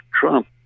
Trump